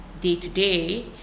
day-to-day